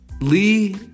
Lee